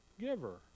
giver